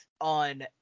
on